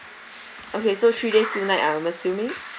okay so three days two night I'm assuming